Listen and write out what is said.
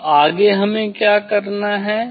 अब आगे हमें क्या करना है